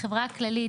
החברה הכללית,